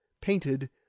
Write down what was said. painted